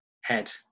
head